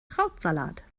krautsalat